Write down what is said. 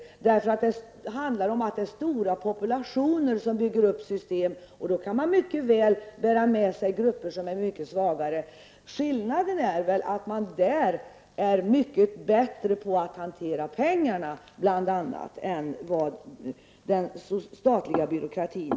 Det är stora populationer som bygger upp system, och då kan man mycket väl ha med grupper som är mycket svagare. Skillnaden är väl att man där är mycket bättre på att hantera pengarna än inom den statliga byråkratin.